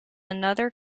another